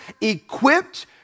equipped